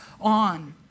on